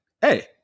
Hey